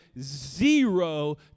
zero